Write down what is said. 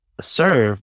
Serve